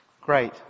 Great